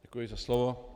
Děkuji za slovo.